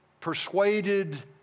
persuaded